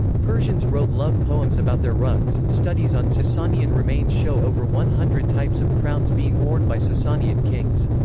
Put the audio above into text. persians wrote love poems about their rugs studies on sasanian remains show over one hundred types of crowns being worn by sasanian kings.